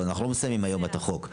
מסיימים היום את החוק.